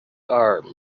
are